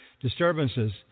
disturbances